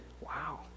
Wow